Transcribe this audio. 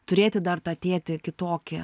turėti dar tą tėtį kitokį